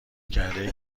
کرده